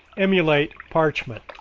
emulate parchment.